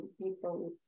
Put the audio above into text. people